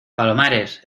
palomares